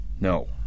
No